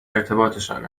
ارتباطشان